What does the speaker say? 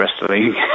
wrestling